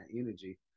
energy